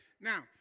Now